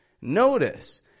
Notice